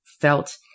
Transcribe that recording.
felt